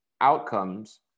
outcomes